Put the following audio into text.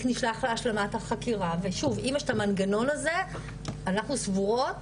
נשלח להשלמת החקירה ושוב יש את המנגנון הזה אנחנו סבורות